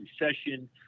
recession